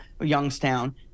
Youngstown